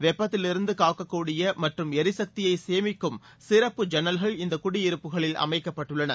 வெப்பத்தில் இருந்து காக்கக் கூடிய மற்றும் எரிசக்தியை சேமிக்கும் சிறப்பு ஜன்னல்கள் இந்த குடியிருப்புகளில் அமைக்கப்பட்டுள்ளன